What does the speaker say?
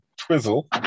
Twizzle